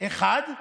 אחד,